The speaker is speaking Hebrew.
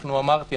אמרתי,